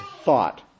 thought